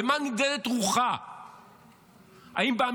במה נמדדת רוחה?